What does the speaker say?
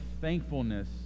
thankfulness